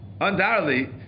Undoubtedly